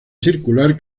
circular